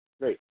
great